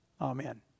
Amen